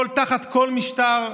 תחת כל משטר,